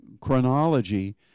chronology